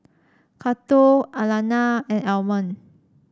Cato Alannah and Almond